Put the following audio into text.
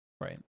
right